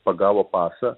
pagavo pasą